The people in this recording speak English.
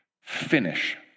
finish